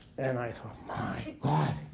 and i thought, my god.